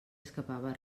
escapava